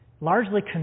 largely